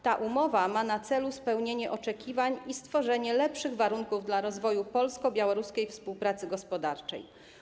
Ta umowa ma na celu spełnienie oczekiwań i stworzenie lepszych warunków dla rozwoju polsko-białoruskiej współpracy gospodarczej.